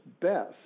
best